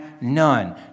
none